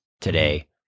today